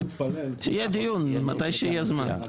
שיהיה דיון מתי שיהיה זמן.